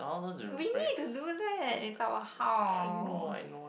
we need to do that it's our house